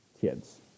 kids